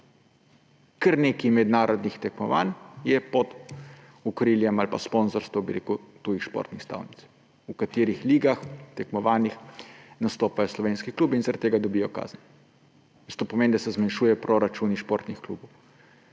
Kar nekaj mednarodnih tekmovanj je pod okriljem ali pa sponzorstvom tujih športnih stavnic, v katerih ligah, tekmovanjih nastopajo slovenski klubi; in zaradi tega dobijo kazen. To pomeni, da se zmanjšuje proračun športnih klubov.